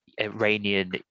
iranian